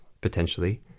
potentially